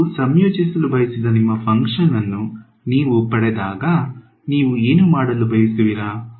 ನೀವು ಸಂಯೋಜಿಸಲು ಬಯಸಿದ ನಿಮ್ಮ ಫಂಕ್ಷನ್ ಅನ್ನು ನೀವು ಪಡೆದಾಗ ನೀವು ಏನು ಮಾಡಲು ಬಯಸುವಿರಾ